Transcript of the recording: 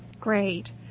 Great